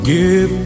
Give